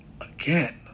again